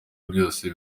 byose